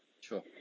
Sure